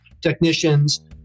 technicians